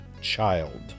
child